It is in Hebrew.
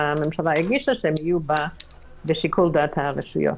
שהממשלה הגישה, שהם היו בשיקול דעת הרשויות.